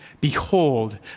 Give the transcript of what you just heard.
Behold